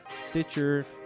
Stitcher